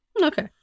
Okay